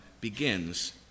begins